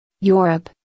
Europe